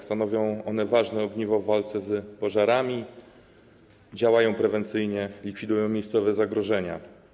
Stanowią one ważne ogniwo w walce z pożarami, działają prewencyjne i likwidują miejscowe zagrożenia.